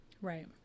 right